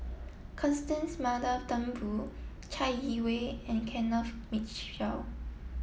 Constance Mary Turnbull Chai Yee Wei and Kenneth Mitchell